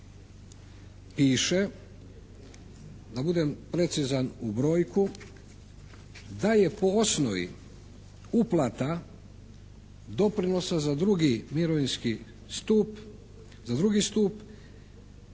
piše da budem precizan u brojku da je po osnovi uplata doprinosa za drugi mirovinski stup prosljeđeno